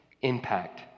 impact